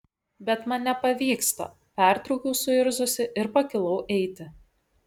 bet man nepavyksta pertraukiau suirzusi ir pakilau eiti